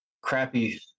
crappy